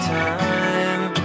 time